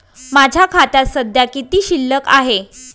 माझ्या खात्यात सध्या किती शिल्लक आहे?